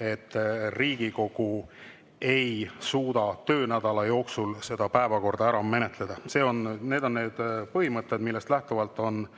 et Riigikogu ei suuda töönädala jooksul seda ära menetleda. Need on need põhimõtted, millest lähtuvalt on